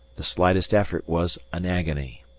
the slightest effort was an agony.